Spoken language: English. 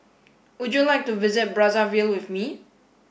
would you like to visit Brazzaville with me